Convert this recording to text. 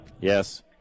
Yes